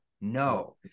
No